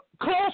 close